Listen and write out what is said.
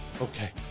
okay